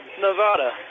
Nevada